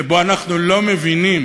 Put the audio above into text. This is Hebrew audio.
שבו אנחנו לא מבינים